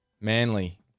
Manly